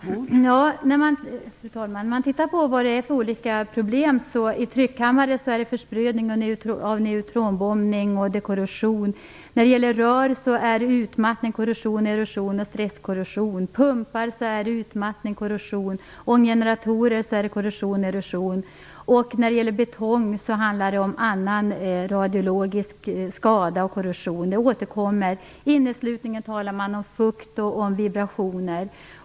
Fru talman! Man kan titta på vad det finns för problem. I tryckkammare handlar det om försprödning i fråga om neutronbombning och om korrosion. När det gäller rör handlar det om utmattning, korrosion, erosion och stresskorrosion. Vad gäller pumpar handlar det om utmattning och korrosion. När det gäller ånggeneratorer handlar det om korrosion och erosion. När det gäller betong handlar det om annan radiologisk skada och korrosion. Det återkommer. När det gäller inneslutningen talar man om fukt och vibrationer.